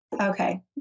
Okay